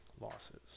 losses